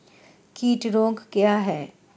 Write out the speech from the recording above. कीट रोग क्या है?